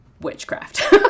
witchcraft